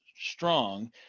strong